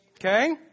Okay